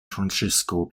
francisco